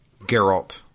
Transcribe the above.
Geralt